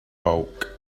bulk